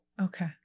Okay